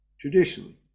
Traditionally